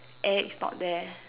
air is not there